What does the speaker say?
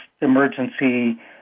emergency